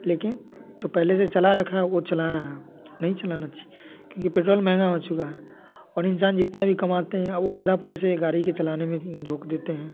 लेकिन जो पहले से चला रखा है वो चला रहा है नहीं चलाना चाहिए क्योंकि पेट्रोल महँगा हो चुका है और इंसान जितना भी कमाते हैं अब वो आधा पैसे गाड़ी के चलाने में झोंक देते हैं